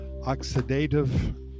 oxidative